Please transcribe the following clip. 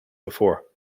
before